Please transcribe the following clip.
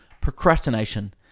Procrastination